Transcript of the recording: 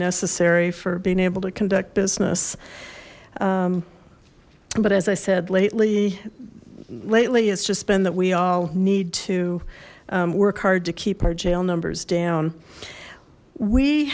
necessary for being able to conduct business but as i said lately lately it's just been that we all need to work hard to keep our jail numbers down we